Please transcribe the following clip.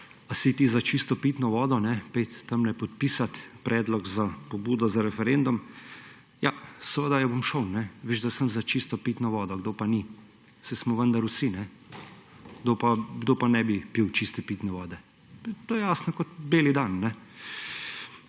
si ti za čisto pitno vodo, pojdi tja podpisat predlog za pobudo za referendum – ja seveda jo bom šel! Veš, da sem za čisto pitno vodo, kdo pa ni, saj smo vendarle vsi, kdo pa ne bi bil čiste pitne vode. To je jasno kot beli dan.